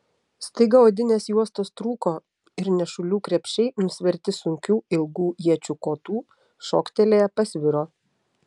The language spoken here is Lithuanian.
staiga odinės juostos trūko ir nešulių krepšiai nusverti sunkių ilgų iečių kotų šoktelėję pasviro